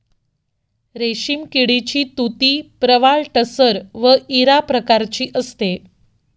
रेशीम किडीची तुती प्रवाळ टसर व इरा प्रकारची असते